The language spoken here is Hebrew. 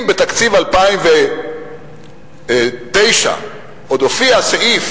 אם בתקציב 2009 עוד הופיע סעיף